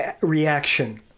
reaction